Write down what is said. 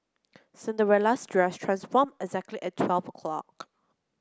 Cinderella's dress transformed exactly at twelve o'clock